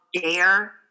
Dare